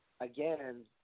again